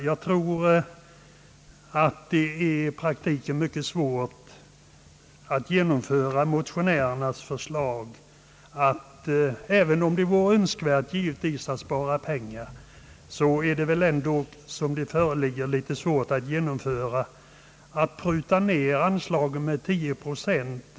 Jag tror att det i praktiken är mycket svårt att genomföra motionärernas förslag. Även om det givetvis är önskvärt att spara pengar, är det väl ändå — såsom här föreslagits — litet svårt att pruta de anslag det här gäller med tio procent.